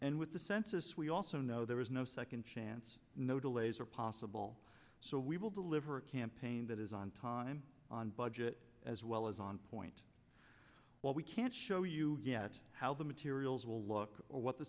and with the census we also know there is no second chance no delays are possible so we will deliver a campaign that is on time on budget as well as on point well we can't show you yet how the materials will look or what the